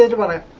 and one of